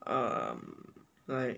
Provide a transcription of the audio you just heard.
um like